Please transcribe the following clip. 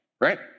Right